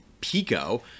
Pico